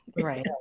Right